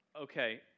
okay